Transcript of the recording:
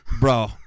Bro